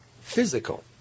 physical